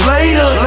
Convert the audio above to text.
Later